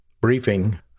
briefing